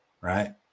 Right